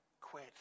quit